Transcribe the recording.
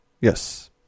Yes